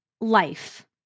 life